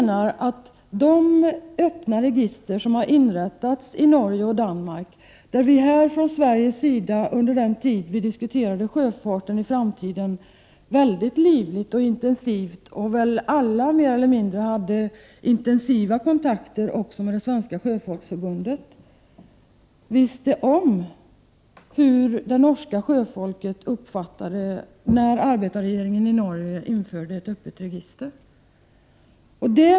När vi mycket livligt och intensivt i Sverige diskuterade sjöfarten i framtiden och när alla mer eller mindre hade intensiva kontakter också med Svenska Sjöfolksförbundet, visste vi hur det norska sjöfolket uppfattade den norska arbetarregeringens beslut om ett införande av ett öppet register.